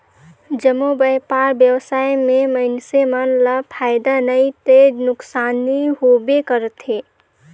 जम्मो बयपार बेवसाय में मइनसे मन ल फायदा नइ ते नुकसानी होबे करथे